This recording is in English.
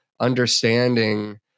understanding